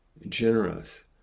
Generous